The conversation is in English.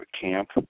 camp